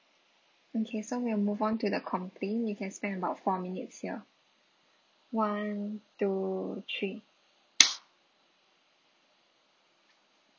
okay so we'll move on to the complaint you can spend about four minutes here one two three